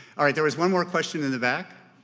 all right, there was one more question in the back.